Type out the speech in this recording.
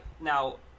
now